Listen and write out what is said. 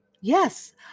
Yes